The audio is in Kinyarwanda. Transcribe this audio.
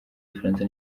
igifaransa